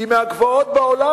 אצלנו היא מהגבוהות בעולם,